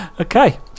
Okay